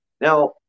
Now